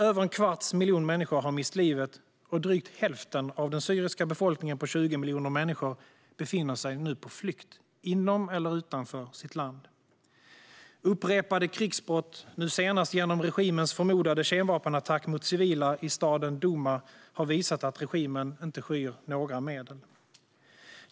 Över en kvarts miljon människor har mist livet, och drygt hälften av den syriska befolkningen på 20 miljoner människor befinner sig nu på flykt inom eller utanför sitt land. Upprepade krigsbrott, nu senast genom regimens förmodade kemvapenattack mot civila i staden Douma, har visat att regimen inte skyr några medel.